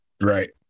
right